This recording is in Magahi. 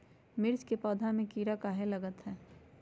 मिर्च के पौधा में किरा कहे लगतहै?